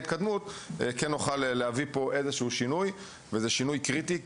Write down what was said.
כך נוכל להביא לאיזה שהוא שינוי וזה שינוי קריטי,